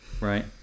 right